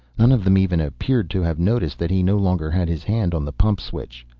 none of them even appeared to have noticed that he no longer had his hand on the pump switch.